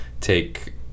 take